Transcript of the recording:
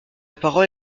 parole